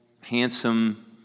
handsome